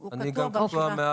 אני מוכן להוסיף.